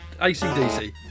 ACDC